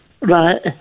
Right